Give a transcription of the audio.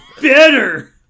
better